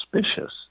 suspicious